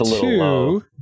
two